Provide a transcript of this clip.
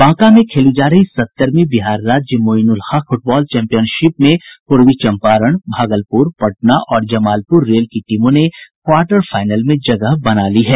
बांका में खेली जा रही सत्तरवीं बिहार राज्य मोइनुलहक फुटबॉल चैम्पियनशिप में पूर्वी चंपारण भागलपुर पटना और जमालपुर रेल की टीमों ने र्क्वाटर फाइनल में जगह बना ली हैं